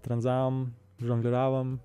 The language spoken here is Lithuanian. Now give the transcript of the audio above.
tranzavom žongliravom